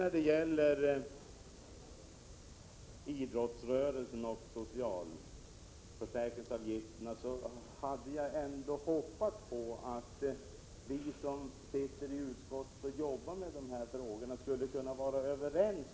När det sedan gäller idrottsrörelsen och socialförsäkringsavgifterna hade jag hoppats på att vi som arbetar med dessa frågor i utskottet skulle kunna vara överens.